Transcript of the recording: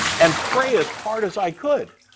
and pray as hard as i could.